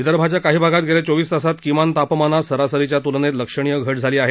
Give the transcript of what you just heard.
विदर्भाच्या काही भागात गेल्या चोवीस तासात किमान तापमानात सरासरीच्या तुलनेत लक्षणीय घट झाली आहे